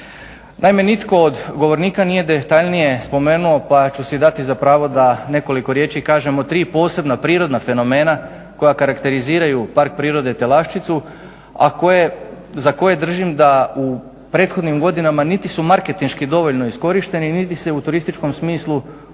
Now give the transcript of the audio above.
Naime, nitko od govornika nije detaljnije spomenuo pa ću si dati za pravo da nekoliko riječi kažem o tri posebna prirodna fenomena koja karakteriziraju Park prirode Telašćicu, a za koje držim da u prethodnim godinama niti su marketinški dovoljno iskorišteni niti se u turističkom smislu dovoljno